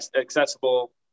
accessible